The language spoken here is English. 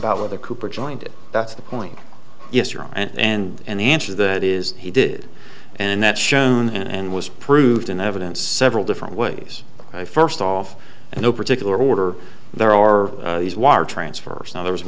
about whether cooper joined it that's the point yes you're right and in answer that is he did and that's shown and was proved in evidence several different ways first off and no particular order there are these wire transfers now there was